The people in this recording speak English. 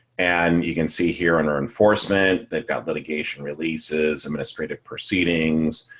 and you can see here on our enforcement. they've got litigation releases administrative proceedings.